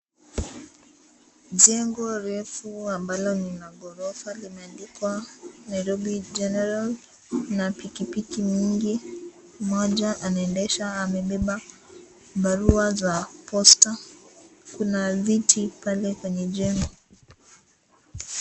Jengo refu ambalo lina ghorofa, limerandikwa Nairobi General na pikipiki mingi. Mmoja anaendesha, amebeba barua za posta. Kuna viti pale kwenye jengo.